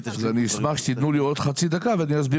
אז אני אשמח שתיתנו לי עוד חצי דקה ואני אסביר